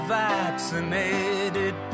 vaccinated